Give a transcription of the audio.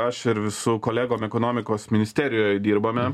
aš ir su kolegom ekonomikos ministerijoj dirbame